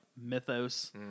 mythos